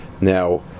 Now